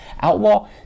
Outlaw